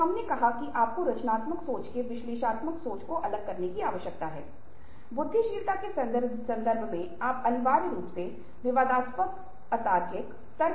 और हमारी बात हमारी सारी प्रक्रिया या सभी व्यवहार या सभी सोच प्रक्रिया उस के आस पास होनी चाहिए कि हम इस लक्ष्य को कैसे प्राप्त कर सकते हैं